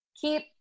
keep